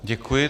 Děkuji.